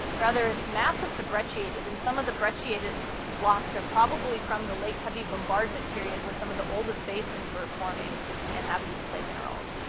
rather, it's massive to brecciated, and some of the brecciated blocks are probably from the late heavy bombardment period where some of the oldest basins were forming and have these clay minerals.